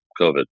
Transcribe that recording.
COVID